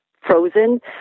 frozen